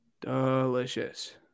delicious